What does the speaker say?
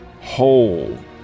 whole